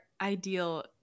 ideal